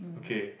okay